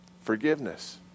forgiveness